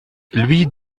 louis